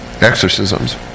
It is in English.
exorcisms